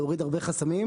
להוריד הרבה חסמים,